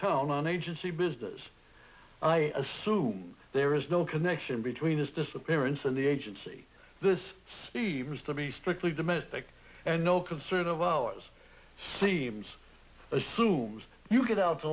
town on agency business and i assume there is no connection between his disappearance and the agency this seems to be strictly domestic and no concern of ours seems assumes you get out to